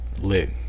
Lit